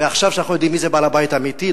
ועכשיו שאנחנו יודעים מי זה בעל הבית האמיתי,